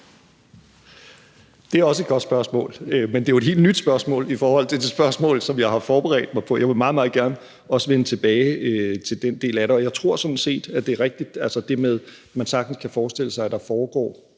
Det er også et godt spørgsmål, men det er jo et helt nyt spørgsmål i forhold til det spørgsmål, som jeg har forberedt mig på. Jeg vil meget, meget gerne også vende tilbage i forhold til den del af det. Jeg tror sådan set, at det er rigtigt, altså det med, at man sagtens kan forestille sig, at der foregår